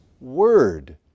Word